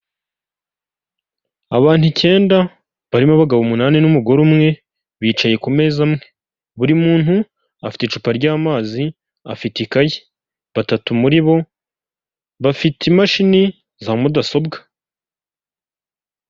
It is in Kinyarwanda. Abantu icyenda, barimo abagabo umunani n'umugore umwe, bicaye ku meza amwe. Buri muntu afite icupa ry'amazi, afite ikayi. Batatu muri bo, bafite imashini za mudasobwa.